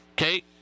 okay